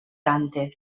dante